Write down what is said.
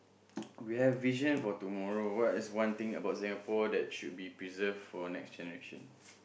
we have vision for tomorrow what is one thing about Singapore that should be preserve for next generation